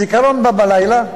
הזיכרון בא בלילה,